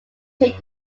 take